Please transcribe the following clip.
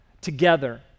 together